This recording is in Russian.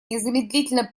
незамедлительно